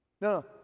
no